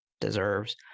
deserves